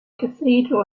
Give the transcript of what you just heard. cathedral